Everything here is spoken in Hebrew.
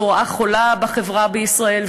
זו רעה חולה בחברה בישראל,